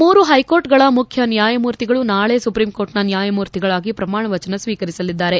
ಮೂರು ಹೈಕೋರ್ಟ್ಗಳ ಮುಖ್ಯನ್ನಾಯಮೂರ್ತಿಗಳು ನಾಳೆ ಸುಪ್ರೀಂ ಕೋರ್ಟ್ನ ನ್ನಾಯಮೂರ್ತಿಗಳಾಗಿ ಪ್ರಮಾಣ ವಚನ ಸ್ವೀಕರಿಸಲಿದ್ದಾರೆ